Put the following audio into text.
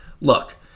Look